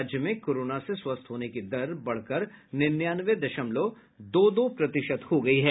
राज्य में कोरोना से स्वस्थ होने की दर बढ़कर निन्यानवे दशमलव दो दो प्रतिशत हो गयी है